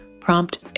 Prompt